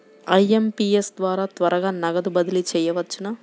IMPS ద్వారా త్వరగా నగదు బదిలీ చేయవచ్చునా?